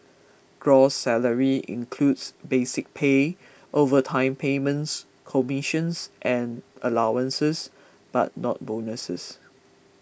gross salary includes basic pay overtime payments commissions and allowances but not bonuses